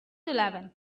eleven